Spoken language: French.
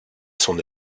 son